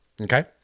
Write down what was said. Okay